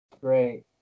Great